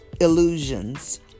illusions